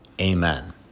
Amen